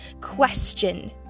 question